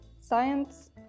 science